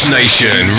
nation